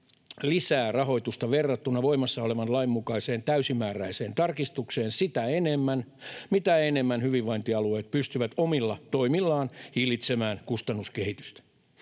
lisää rahoitusta verrattuna voimassa olevan lain mukaiseen täysimääräiseen tarkistukseen sitä enemmän, mitä enemmän hyvinvointialueet pystyvät omilla toimillaan hillitsemään kustannuskehitystä.